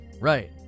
Right